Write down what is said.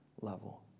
level